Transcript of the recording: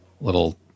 little